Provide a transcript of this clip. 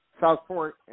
southport